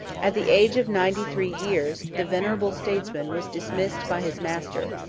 at the age of ninety-three years, the venerable statesman was dismissed by his master,